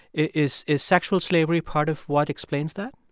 is is sexual slavery part of what explains that?